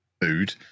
food